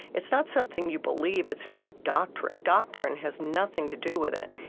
it's not something you believe. it's not doctrine. doctrine has nothing to do with it.